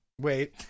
Wait